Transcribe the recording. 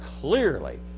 clearly